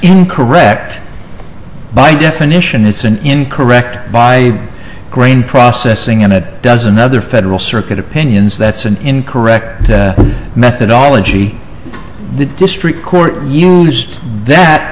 incorrect by definition it's an incorrect by grain processing and a dozen other federal circuit opinions that's an incorrect methodology the district court use that